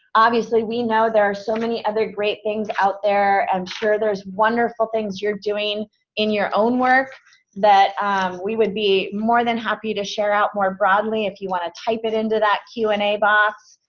obviously we know there are so many other great things out there. i'm sure there's wonderful things you're doing in your own work that we would be more than happy to share out more broadly, if you want to type it into that q and a box.